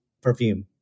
perfume